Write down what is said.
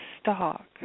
Stock